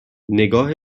نگاه